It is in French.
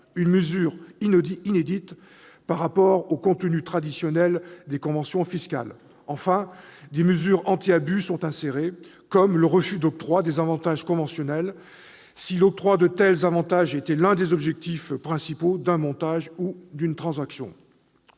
une mesure inédite par rapport au contenu traditionnel des conventions fiscales. Enfin, des mesures anti-abus sont insérées, comme le refus d'octroi des avantages conventionnels, si l'octroi de tels avantages était l'un des objets principaux d'un montage ou d'une transaction.